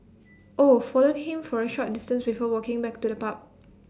oh followed him for A short distance before walking back to the pub